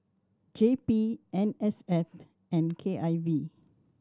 J P N S F and K I V